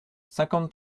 cinquante